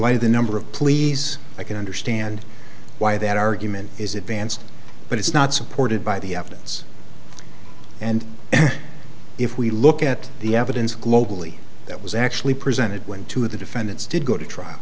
light of the number of please i can understand why that argument is advanced but it's not supported by the evidence and if we look at the evidence globally that was actually presented when two of the defendants did go to trial